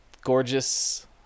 gorgeous